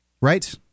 Right